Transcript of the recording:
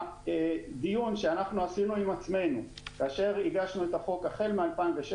הדיון שאנחנו עשינו עם עצמנו כאשר הגשנו את החוק החל מ-2016,